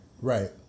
Right